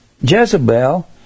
Jezebel